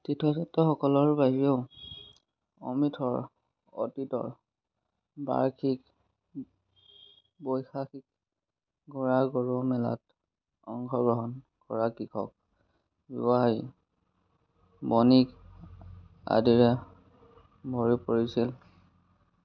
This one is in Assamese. তীৰ্থযাত্ৰীসকলৰ বাহিৰেও অমৃতসৰ অতীতত বাৰ্ষিক বৈশাখী ঘোঁৰা গৰু মেলাত অংশগ্ৰহণ কৰা কৃষক ব্যৱসায়ী বণিক আদিৰে ভৰি পৰিছিল